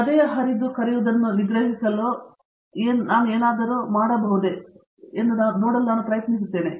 ಹೃದಯ ಹರಿದು ಕರೆಯುವದನ್ನು ನಿಗ್ರಹಿಸಲು ನಾನು ಏನಾದರೂ ಮಾಡಬಹುದೇ ಎಂದು ನೋಡಲು ನಾನು ಪ್ರಯತ್ನಿಸುತ್ತೇನೆ